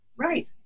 right